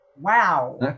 Wow